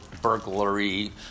burglary